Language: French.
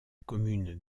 commune